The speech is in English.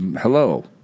hello